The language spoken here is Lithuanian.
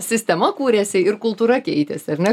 sistema kūrėsi ir kultūra keitėsi ar ne